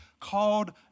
Called